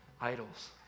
idols